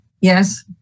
Yes